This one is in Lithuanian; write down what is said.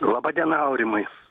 laba diena aurimai